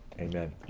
amen